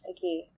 Okay